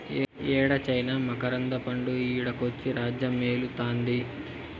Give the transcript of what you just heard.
యేడ చైనా మకరంద పండు ఈడకొచ్చి రాజ్యమేలుతాంది